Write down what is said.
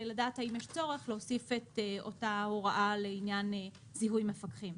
לדעת האם יש צורך להוסיף את אותה הוראה לעניין זיהוי מפקחים.